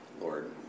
Lord